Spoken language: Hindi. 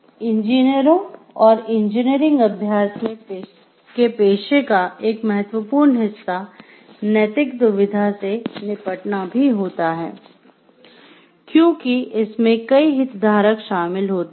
इंजीनियरों और इंजीनियरिंग अभ्यास के पेशे का एक महत्वपूर्ण हिस्सा नैतिक दुविधा से निपटना भी होता है क्योंकि इसमें कई हितधारक शामिल होते हैं